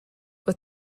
with